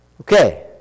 Okay